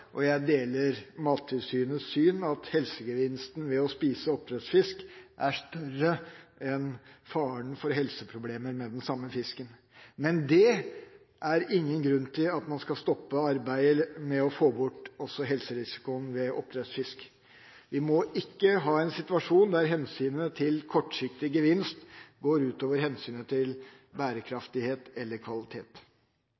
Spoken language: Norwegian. og jeg deler Mattilsynets syn på at helsegevinsten ved å spise oppdrettsfisk er større enn faren for helseproblemer med den samme fisken. Men det er ingen grunn til at man skal stoppe arbeidet med å få bort helserisikoen ved oppdrettsfisk. Vi må ikke ha en situasjon der hensynet til kortsiktig gevinst går ut over hensynet til